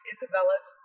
Isabella's